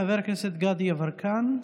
חבר הכנסת גדי יברקן.